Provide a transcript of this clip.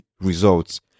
results